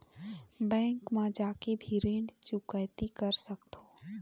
Bank न जाके भी ऋण चुकैती कर सकथों?